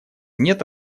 нет